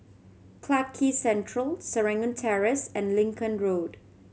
Clarke Central Serangoon Terrace and Lincoln Road